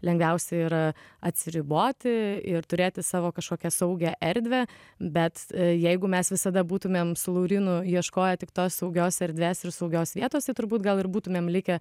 lengviausia yra atsiriboti ir turėti savo kažkokią saugią erdvę bet jeigu mes visada būtumėm su laurynu ieškoję tik tos saugios erdvės ir saugios vietos tai turbūt gal ir būtumėm likę